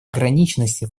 ограниченности